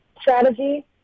strategy